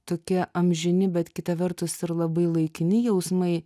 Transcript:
tokie amžini bet kita vertus ir labai laikini jausmai